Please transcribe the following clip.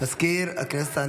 מזכיר הכנסת,